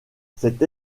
cette